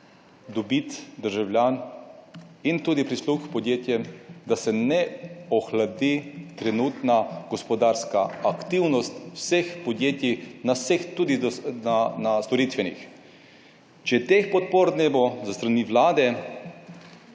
dobiti državljan in tudi prisluh podjetjem, da se ne ohladi trenutna gospodarska aktivnost vseh podjetij, na vseh, tudi na storitvenih. Če teh podpor ne bo s strani Vlade,